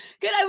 Good